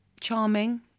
charming